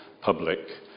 public